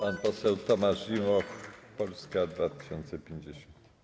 Pan poseł Tomasz Zimoch, Polska 2050.